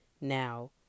Now